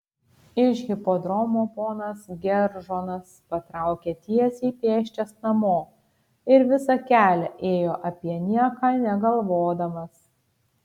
iš hipodromo ponas geržonas patraukė tiesiai pėsčias namo ir visą kelią ėjo apie nieką negalvodamas